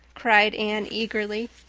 cried anne eagerly.